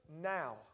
now